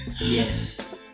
Yes